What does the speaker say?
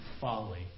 folly